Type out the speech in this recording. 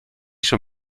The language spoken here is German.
schon